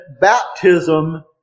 baptism